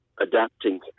adapting